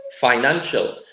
financial